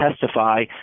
testify